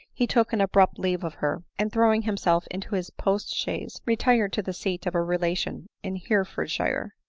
he took an abrupt leave of her, and throwing himself into his post-chaise, retired to the seat of a relation in hereford shire.